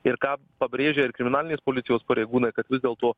ir ką pabrėžia ir kriminalinės policijos pareigūnai kad vis dėlto